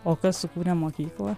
o kas sukūrė mokyklą